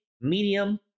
medium